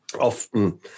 often